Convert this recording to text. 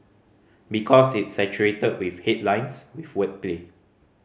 because it's saturated with headlines with wordplay